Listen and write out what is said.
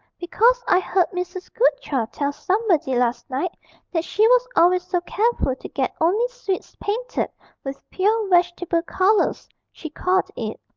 because i heard mrs. goodchild tell somebody last night that she was always so careful to get only sweets painted with pure vegetable colours, she called it.